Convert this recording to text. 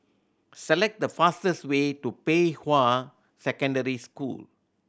select the fastest way to Pei Hwa Secondary School